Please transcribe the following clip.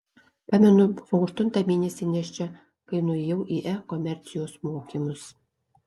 pamenu buvau aštuntą mėnesį nėščia kai nuėjau į e komercijos mokymus